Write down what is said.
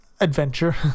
adventure